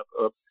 up